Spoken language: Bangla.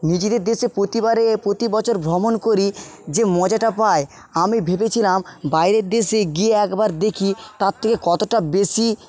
নিজেদের দেশে প্রতিবারে প্রতিবছর ভ্রমণ করি যে মজাটা পাই আমি ভেবেছিলাম বাইরের দেশে গিয়ে একবার দেখি তার থেকে কতটা বেশি